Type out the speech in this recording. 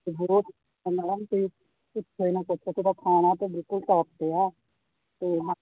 ਹਾਂਜੀ ਬਹੁਤ ਖਾਣਾ ਤਾਂ ਬਿਲਕੁਲ ਟੋਪ 'ਤੇ ਆ ਅਤੇ ਹਾਂ